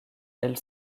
elle